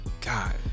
God